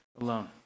alone